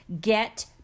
get